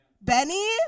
Benny